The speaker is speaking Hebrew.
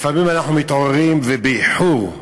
לפעמים אנחנו מתעוררים, ובאיחור,